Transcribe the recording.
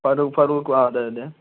ഫറൂക്ക് ഫറൂക്ക് ആ അതേ അതേ